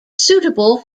suitable